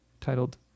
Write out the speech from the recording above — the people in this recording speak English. titled